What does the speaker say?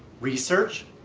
research,